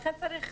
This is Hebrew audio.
לכן צריך